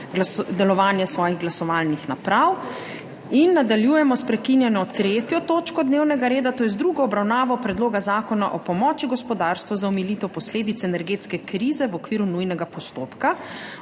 delovanje svojih glasovalnih naprav. **Nadaljujemo s prekinjeno 3. točko dnevnega reda, to je z drugo obravnavo Predloga zakona o pomoči gospodarstvu za omilitev posledic energetske krize v okviru nujnega postopka.**